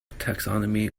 taxonomy